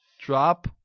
drop